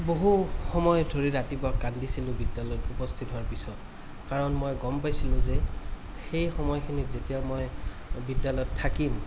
বহু সময় ধৰি ৰাতিপুৱা কান্দিছিলোঁ বিদ্য়ালয়ত উপস্থিত হোৱাৰ পিছত কাৰণ মই গ'ম পাইছিলো যে সেই সময়খিনিত যেতিয়া মই বিদ্য়ালয়ত থাকিম